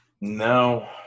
No